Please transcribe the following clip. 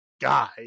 guy